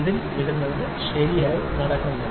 അതിൽ ഇടുന്നത് ശരിയായി നടക്കുന്നില്ല